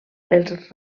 els